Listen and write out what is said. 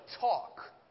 talk